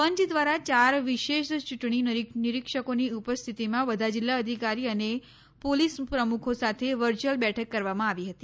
પંચ ઘ્વારા યાર વિશેષ ચુંટણી નીરીક્ષકોની ઉપસ્થિતિમાં બધા જીલ્લા અધિકારી અને પોલીસ પ્રમુખો સાથે વર્ચ્યુઅલ બેઠક કરવામાં આવી હતી